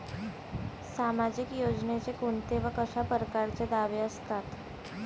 सामाजिक योजनेचे कोंते व कशा परकारचे दावे असतात?